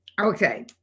Okay